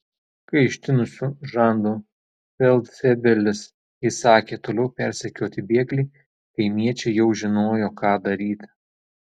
kai ištinusiu žandu feldfebelis įsakė toliau persekioti bėglį kaimiečiai jau žinojo ką daryti